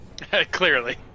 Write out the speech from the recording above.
Clearly